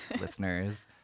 listeners